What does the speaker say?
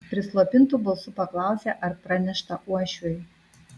prislopintu balsu paklausė ar pranešta uošviui